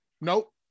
nope